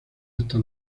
hasta